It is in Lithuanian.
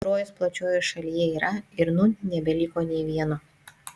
trojos plačiojoje šalyje yra ir nūn nebeliko nė vieno